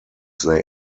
they